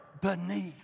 beneath